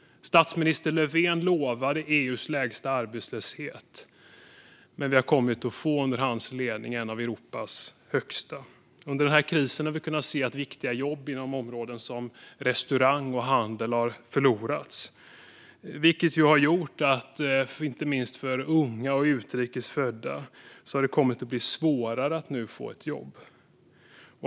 Statsminister Löfven lovade EU:s lägsta arbetslöshet, men under hans ledning har vi kommit att få en av Europas högsta. Under denna kris har vi sett att viktiga jobb inom restaurang och handel har förlorats, vilket har gjort att inte minst unga och utrikes födda har fått svårare att få jobb.